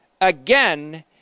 again